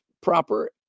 proper